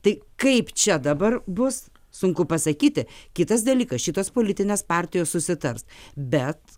tai kaip čia dabar bus sunku pasakyti kitas dalykas šitos politinės partijos susitars bet